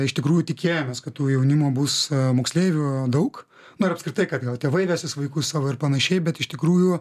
iš tikrųjų tikėjomės kad tų jaunimo bus moksleivių daug na ir apskritai kad gal tėvai vesis vaikus savo ir panašiai bet iš tikrųjų